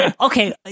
Okay